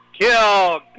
Kill